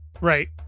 Right